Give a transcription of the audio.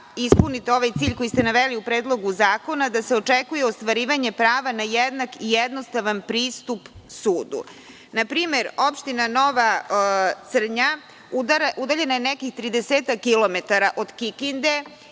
ispunite ovaj cilj, koji ste naveli u Predlogu zakona, da se očekuje ostvarivanje prava na jednak i jednostavan pristup sudu? Na primer, opština Nova Crnja udaljena je nekih 30-ak kilometara od Kikinde